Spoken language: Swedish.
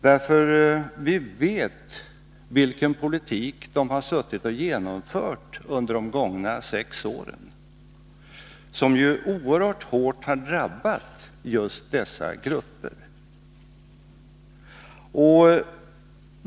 Vi vet ju vilken politik som de genomfört under de gångna sex åren, en politik som oerhört hårt drabbade just dessa grupper.